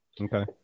okay